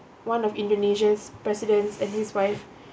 one of indonesia's president and his wife